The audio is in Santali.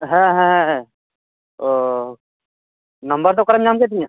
ᱦᱮᱸ ᱦᱮ ᱦᱮ ᱦᱮ ᱚᱻ ᱱᱟᱢᱵᱟᱨ ᱫᱚ ᱚᱠᱟᱨᱮᱢ ᱧᱟᱢ ᱠᱮᱫ ᱛᱤᱧᱟᱹ